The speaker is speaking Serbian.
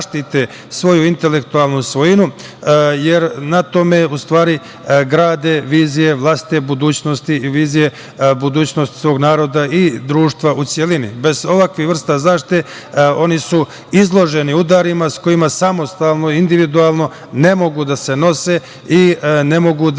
da zaštite svoju intelektualnu svojinu, jer na tome, u stvari, grade vizije vlastite budućnosti i vizije budućnosti svog naroda i društva u celini. Bez ovakvih vrsta zaštite, oni su izloženi udarima, sa kojima samostalno, individualno ne mogu da se nose i ne mogu da